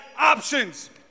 options